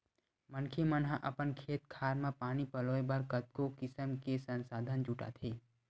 मनखे मन ह अपन खेत खार म पानी पलोय बर कतको किसम के संसाधन जुटाथे